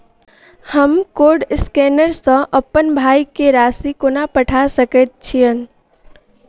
हम code scanner सँ अप्पन भाय केँ राशि कोना पठा सकैत छियैन?